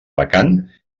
vacant